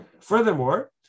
Furthermore